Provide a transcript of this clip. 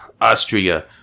Austria